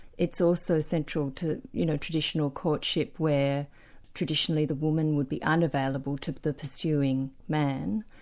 it's also central to you know traditional courtship where traditionally the woman would be unavailable to the pursuing man,